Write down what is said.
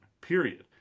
period